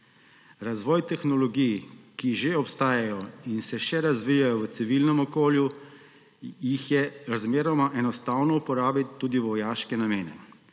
Razvoj tehnologij, ki že obstajajo in se še razvijajo v civilnem okolju, je razmeroma enostavno uporabiti tudi v vojaške namene.